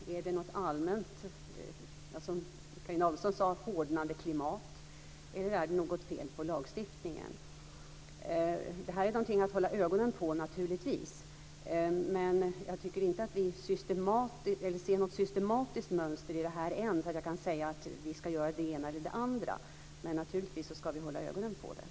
Beror det på, som Carina Adolfsson sade, ett hårdnande klimat, eller är det något fel på lagstiftningen? Det här är naturligtvis någonting att hålla ögonen på. Men än ser jag inte något systematiskt mönster i detta än att jag kan säga att vi ska göra det ena eller det andra. Naturligtvis ska vi hålla ögonen på frågan.